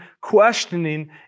questioning